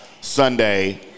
Sunday